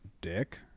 dick